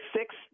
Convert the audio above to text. six